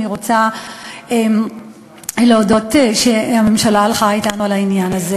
אני רוצה להודות על שהממשלה הלכה אתנו על העניין הזה.